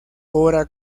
hora